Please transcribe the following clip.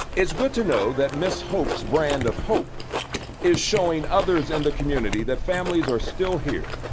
it's good to know that miss hopes brand of hope is showing others in the community that families air still here,